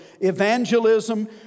evangelism